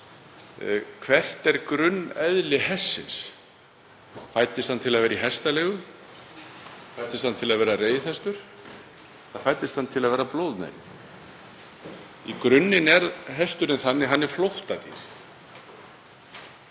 Hvert er grunneðli hestsins? Fæddist hann til að vera í hestaleigu? Fæddist hann til að vera reiðhestur? Eða fæddist hann til að vera blóðmeri? Í grunninn er hesturinn flóttadýr.